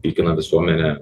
pykina visuomenę